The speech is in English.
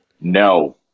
No